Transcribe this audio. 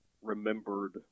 remembered